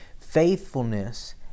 Faithfulness